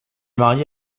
marié